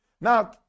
Now